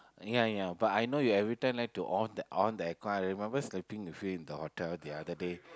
ya ya but I know you every time like to on on the air con I remember sleeping with you in the hotel the other day